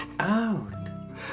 out